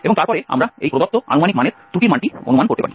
এবং তারপরে আমরা এই প্রদত্ত আনুমানিক মানের ত্রুটির মানটি অনুমান করতে পারি